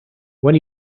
when